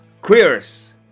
Queers